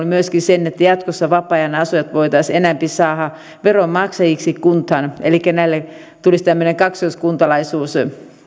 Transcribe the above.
myöskin se että jatkossa vapaa ajanasujat voitaisiin enempi saada veronmaksajiksi kuntaan elikkä näille tulisi tämmöinen kaksoiskuntalaisuus